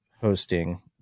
hosting